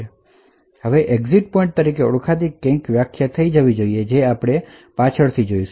તેને asynchronous exit pointer તરીકે ઓળખાતી કંઇક વ્યાખ્યાયિત પણ કરવી જોઈએ જે આપણે પછીથી જોશું